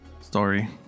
story